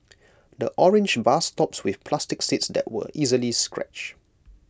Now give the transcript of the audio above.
the orange bus stops with plastic seats that were easily scratched